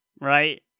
right